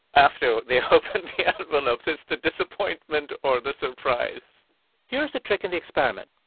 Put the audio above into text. after they opened the envelopes it's the disappointment or the surprise here's the trick in the experiment.